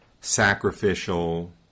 sacrificial